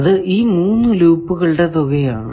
അത് ഈ 3 ലൂപ്പുകളുടെ തുകയാണ്